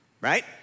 Right